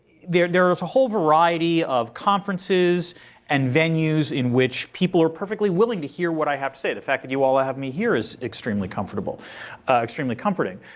there there is a whole variety of conferences and venues in which people are perfectly willing to hear what i have to say. the fact that you all would have me here is extremely comfortable extremely comforting.